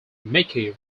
mickey